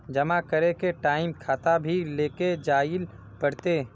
जमा करे के टाइम खाता भी लेके जाइल पड़ते?